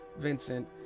Vincent